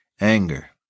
anger